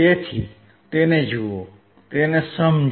તેથી તેને જુઓ તેને સમજો